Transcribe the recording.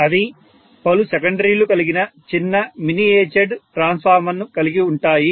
అవి పలు సెకండరీలు కలిగిన చిన్న మినియేచర్డ్ ట్రాన్స్ఫార్మర్ ను కలిగి ఉంటాయి